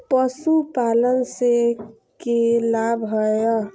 पशुपालन से के लाभ हय?